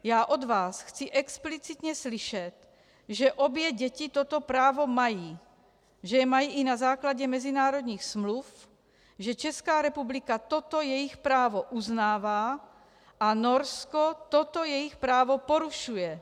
Já od vás chci explicitně slyšet, že obě děti toto právo mají, že je mají i na základě mezinárodních smluv, že Česká republika toto jejich právo uznává a Norsko toto jejich právo porušuje!